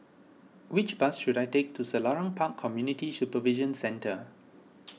which bus should I take to Selarang Park Community Supervision Centre